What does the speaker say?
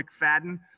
McFadden